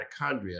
mitochondria